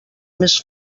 més